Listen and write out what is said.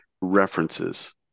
references